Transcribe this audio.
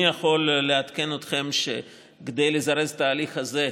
אני יכול לעדכן אתכם שכדי לזרז את ההליך הזה,